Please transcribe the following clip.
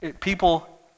people